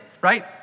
right